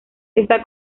está